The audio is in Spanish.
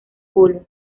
polo